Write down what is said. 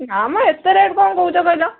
ନା ମ ଏତେ ରେଟ୍ କ'ଣ କହୁଛ କହିଲ